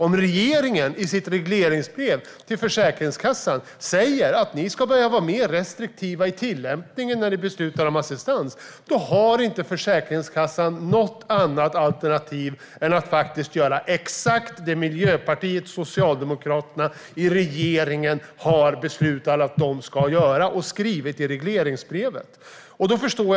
Om regeringen i sitt regleringsbrev till Försäkringskassan säger att den ska börja vara mer restriktiv i tillämpningen när den beslutar om assistans har Försäkringskassan inget annat alternativ än att faktiskt göra exakt det Miljöpartiet och Socialdemokraterna i regeringen har beslutat och skrivit i regleringsbrevet att den ska göra.